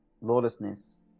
lawlessness